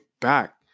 back